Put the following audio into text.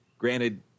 Granted